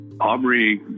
Aubrey